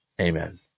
Amen